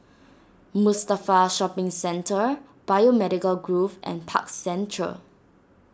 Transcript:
Mustafa Shopping Centre Biomedical Grove and Park Central